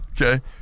okay